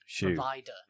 provider